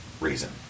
reason